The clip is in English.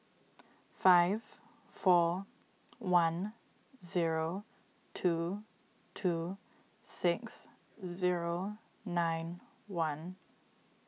five four one zero two two six zero nine one